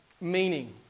meaning